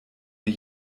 mir